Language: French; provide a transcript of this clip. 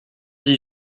dix